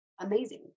amazing